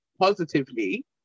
positively